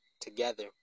together